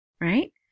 right